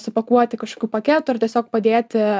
supakuoti kažkokių paketų ar tiesiog padėti